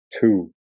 two